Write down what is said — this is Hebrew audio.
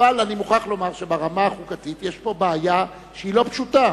אבל אני מוכרח לומר שברמה החוקתית יש פה בעיה שהיא לא פשוטה,